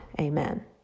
Amen